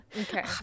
Okay